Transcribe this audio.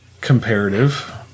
comparative